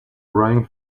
running